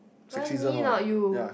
why me not you